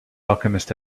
alchemist